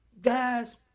guys